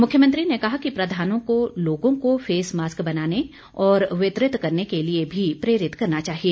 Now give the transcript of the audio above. मुख्यमंत्री ने कहा कि प्रधानों को लोगों को फेस मास्क बनाने और वितरित करने के लिए भी प्रेरित करना चाहिए